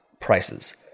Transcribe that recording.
prices